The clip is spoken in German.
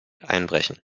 einbrechen